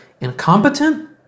incompetent